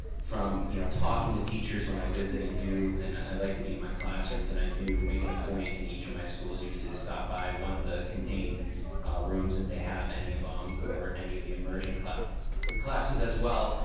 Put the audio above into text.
from you know talking to teachers when i visit and do, and i like to be in my classrooms and i do make it a point in each of my schools usually to stop by one of the contained rooms if they have any of them um or any of the immersion classes classes as well.